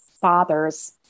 father's